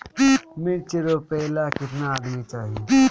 मिर्च रोपेला केतना आदमी चाही?